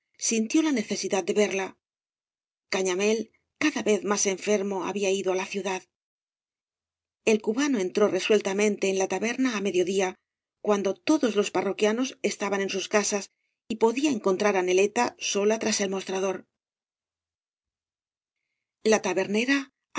sintió la necesidad de verla caña mél cada vez más enfermo había ido á la ciudad el cubano entró resueltamente en la taberna á mediodía cuando todos los parroquianos estaban en bus casas y podía encontrar á neleta sola tras el mostrador la tabernera